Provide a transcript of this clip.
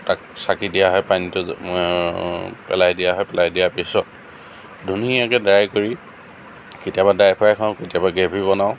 তাক চাকি দিয়া হয় পানীটো পেলাই দিয়া হয় পেলাই দিয়াৰ পিছত ধুনীয়াকৈ ড্ৰাই কৰি কেতিয়াবা ড্ৰাই ফ্ৰাই খাওঁ কেতিয়াবা গ্ৰেভি বনাওঁ